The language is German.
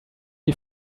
wie